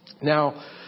Now